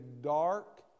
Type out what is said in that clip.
dark